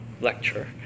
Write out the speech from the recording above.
lecture